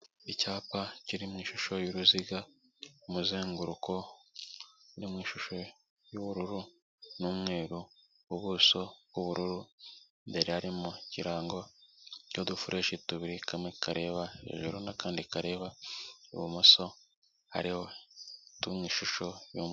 Icyapa kiri mu ishusho y'uruziga, umuzenguruko, no mu ishusho y'ubururu n'umweru, ubuso bw'ubururu, imbere hari mo kirango cy'udufureshi tubiri ;kamwe kareba hejuru n'akandi kareba ibumoso, hariho...